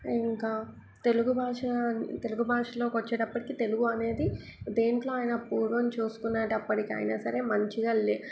ఇంకా తెలుగు భాష తెలుగు భాషలోకి వచ్చేటప్పటికీ తెలుగు అనేది దేంట్లో అయినా పూర్వం చూసుకునేటప్పటికైనా సరే మంచిగా లే